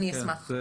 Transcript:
אני אשמח.